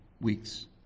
weeks